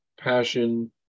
passion